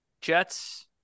Jets